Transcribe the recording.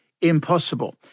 impossible